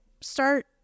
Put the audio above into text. start